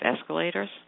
escalators